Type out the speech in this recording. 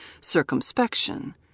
circumspection